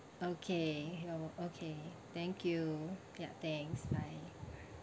okay oh okay thank you ya thanks bye